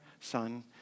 Son